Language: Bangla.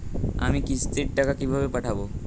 আমি কিস্তির টাকা কিভাবে পাঠাব?